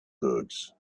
books